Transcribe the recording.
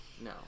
no